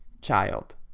child